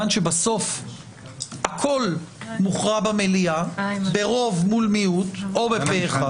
מכיוון שבסוף הכול מוכרע במליאה ברוב מול מיעוט או בפה אחד,